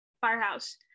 firehouse